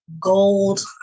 gold